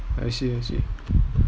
I see I see